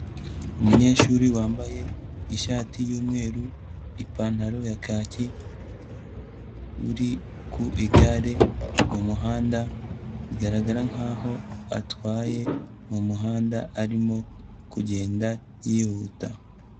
Umunyeshuri wambaye ishati y'umweru, ipantaro ya kaki, uri ku igare mu muhanda bigaragara nkaho atwaye mu muhanda arimo kugenda yihuta.